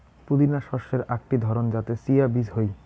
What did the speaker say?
পুদিনা শস্যের আকটি ধরণ যাতে চিয়া বীজ হই